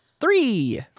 three